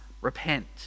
repent